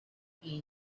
and